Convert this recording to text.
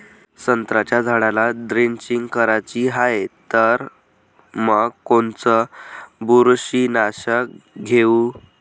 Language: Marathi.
संत्र्याच्या झाडाला द्रेंचींग करायची हाये तर मग कोनच बुरशीनाशक घेऊ?